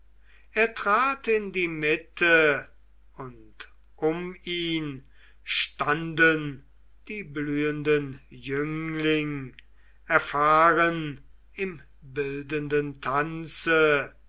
er trat in die mitte und um ihn standen die blühenden jüngling erfahren im bildenden tanze